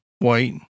White